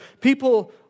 people